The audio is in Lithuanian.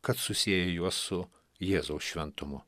kad susieja juos su jėzaus šventumu